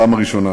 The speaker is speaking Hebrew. הישראלית.